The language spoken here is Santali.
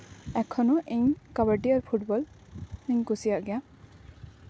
ᱮᱠᱷᱚᱱᱳ ᱤᱧ ᱠᱟᱵᱟᱰᱤ ᱟᱨ ᱯᱷᱩᱴᱵᱚᱞ ᱫᱚᱧ ᱠᱩᱥᱤᱭᱟᱜ ᱜᱮᱭᱟ